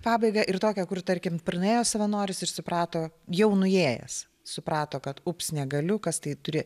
pabaiga ir tokią kur tarkim praėjo savanoris ir suprato jau nuėjęs suprato kad ups negaliu kas tai turi